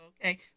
okay